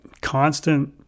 constant